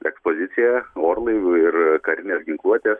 ekspozicija orlaivių ir karinės ginkluotės